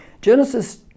Genesis